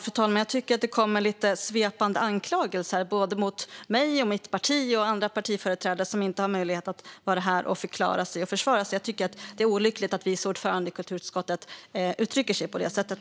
Fru talman! Jag tycker att det kommer lite svepande anklagelser mot mig, mot mitt parti och mot andra partiföreträdare som inte har möjlighet att vara här och förklara sig och försvara sig. Jag måste säga att jag tycker att det är olyckligt att vice ordföranden i kulturutskottet uttrycker sig på det sättet.